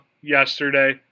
yesterday